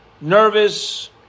nervous